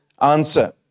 answer